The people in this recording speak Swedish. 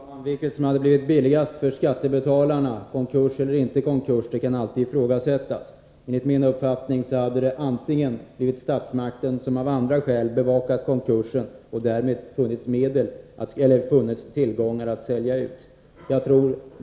Fru talman! Vilket som hade blivit billigast för skattebetalarna — konkurs eller inte konkurs — kan alltid ifrågasättas. Enligt min mening hade antagligen statsmakten av andra skäl bevakat konkursen, och därmed hade det funnits tillgångar att sälja ut.